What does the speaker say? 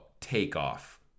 Takeoff